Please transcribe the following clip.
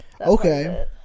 Okay